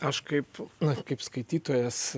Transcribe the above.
aš kaip na kaip skaitytojas